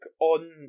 on